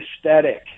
aesthetic